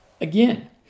again